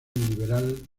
liberal